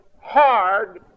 hard